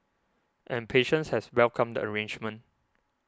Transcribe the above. and patients has welcomed the arrangement